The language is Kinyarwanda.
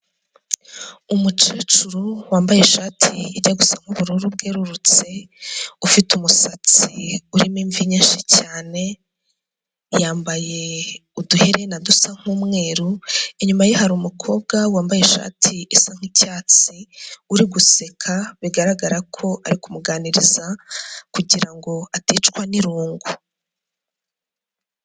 Umukecuru wambaye ishati ijya gusa nk'ubururu bwerurutse, ufite umusatsi urimo imvi nyinshi cyane, yambaye uduherena dusa nk'umweru, inyuma ye hari umukobwa wambaye ishati isa nkicyatsi uri guseka, bigaragara ko ari kumuganiriza kugirango aticwa n'irungu.